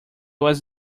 was